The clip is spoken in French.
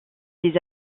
des